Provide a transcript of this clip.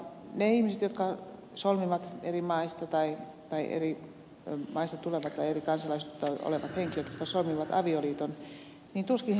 ne ihmiset jotka eri maista tulevat tai eri kansalaisuutta olevat henkilöt jotka solmivat avioliiton tuskin sinä hetkenä ajattelevat sitä mihinkä tulevaisuus vie